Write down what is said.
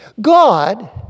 God